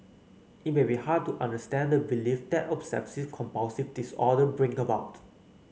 it may be hard to understand the belief that obsessive compulsive disorder bring about